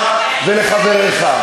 לכולם: מי שרוצה להירשם, בבקשה.